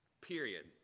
Period